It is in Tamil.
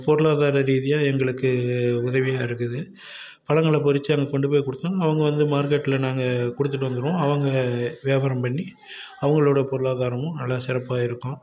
பொருளாதார ரீதியாக எங்களுக்கு உதவியாக இருக்குது பழங்கள பறித்து அங்கே கொண்டு போய் கொடுத்தா அவங்க வந்து மார்க்கெட்டில் நாங்கள் கொடுத்துட்டு வந்துடுவோம் அவங்க வியாபாரம் பண்ணி அவங்களோடய பொருளாதாரமும் நல்லா சிறப்பாக இருக்கும்